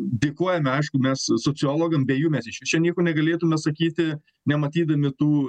dėkojame aišku mes sociologam bei jų mes išvis čia nieko negalėtume sakyti nematydami tų